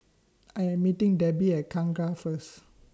I Am meeting Debi At Kangkar First